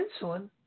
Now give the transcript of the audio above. insulin